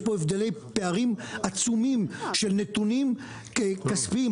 יש פה הבדלי פערים עצומים של נתונים כספיים,